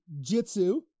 Jitsu